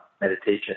meditation